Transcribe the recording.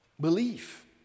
Belief